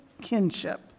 kinship